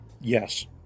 Yes